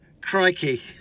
Crikey